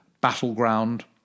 battleground